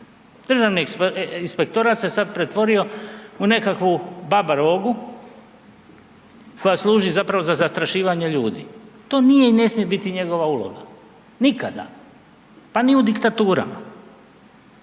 Državni inspektorat se sada pretvorio u nekakvu babarogu koja služi zapravo za zastrašivanje ljudi. To nije i ne smije biti njegova uloga, nikada pa ni u diktaturama.